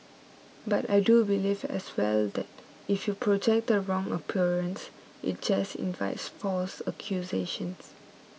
but I do believe as well that if you project the wrong appearance it just invites false accusations